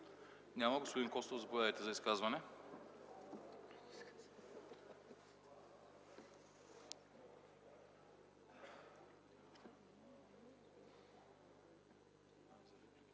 Няма. Господин Костов, заповядайте за изказване.